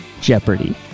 Jeopardy